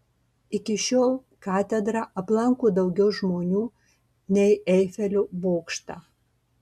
iki šiol katedrą aplanko daugiau žmonių nei eifelio bokštą